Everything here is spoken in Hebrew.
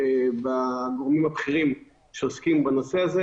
בקרב הגורמים הבכירים שעוסקים בנושא הזה.